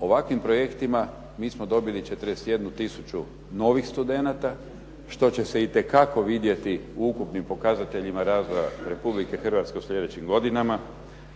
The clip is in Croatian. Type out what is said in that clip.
ovakvim projektima mi smo dobili 41 tisuću novih studenata što će se itekako vidjeti u ukupnim pokazateljima razvoja Republike Hrvatske u slijedećim godinama